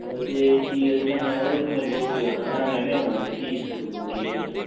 ते ठीक ऐ ते कन्नै ओह् इक मेरा दोस्त बी आक्खै दा हा कि में बी औना ते फीस केह् ऐ